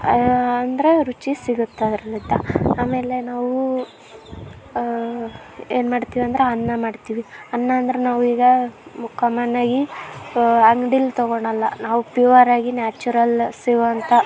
ಅಂದ್ರೆ ರುಚಿ ಸಿಗುತ್ತೆ ಅದರಿಂದ ಆಮೇಲೆ ನಾವು ಏನು ಮಾಡ್ತೀವಂದ್ರೆ ಅನ್ನ ಮಾಡ್ತೀವಿ ಅನ್ನಾಂದ್ರೆ ನಾವು ಈಗ ಕಾಮನ್ನಾಗಿ ಅಂಗ್ಡಿಲ್ಲಿ ತೊಗೊಳಲ್ಲ ನಾವು ಪ್ಯೂವರಾಗಿ ನ್ಯಾಚುರಲ್ ಸಿಗೋಂಥ